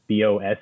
BOS